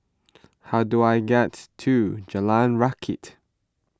how do I get to Jalan Rakit